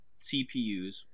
CPUs